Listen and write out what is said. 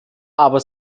aber